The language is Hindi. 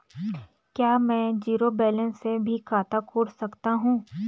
क्या में जीरो बैलेंस से भी खाता खोल सकता हूँ?